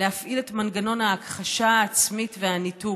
להפעיל את מנגנון ההכחשה העצמית והניתוק.